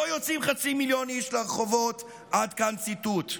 לא יוצאים חצי מיליון איש לרחובות" עד כאן ציטוט.